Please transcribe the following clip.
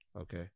Okay